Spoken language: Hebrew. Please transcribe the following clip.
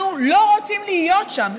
אנחנו לא רוצים להיות שם.